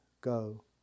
go